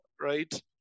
right